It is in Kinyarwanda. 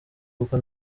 kuko